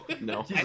No